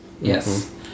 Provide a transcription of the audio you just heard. Yes